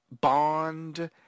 bond